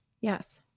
Yes